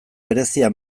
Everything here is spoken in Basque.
berezia